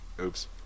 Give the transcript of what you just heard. oops